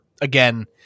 again